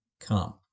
come